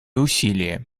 усилия